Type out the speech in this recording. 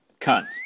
Cunt